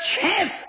chance